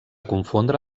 confondre